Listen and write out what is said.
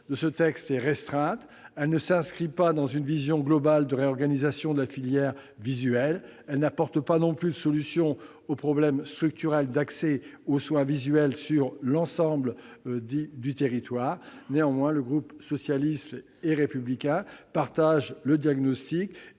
de loi est restreinte : elle ne s'inscrit pas dans une vision globale de réorganisation de la filière visuelle ; elle n'apporte pas non plus de solutions aux problèmes structurels d'accès aux soins visuels sur l'ensemble du territoire. Néanmoins, les membres du groupe socialiste et républicain partagent le diagnostic